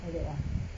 like that ah